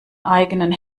eigenen